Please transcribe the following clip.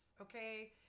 Okay